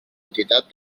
entitat